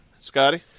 Scotty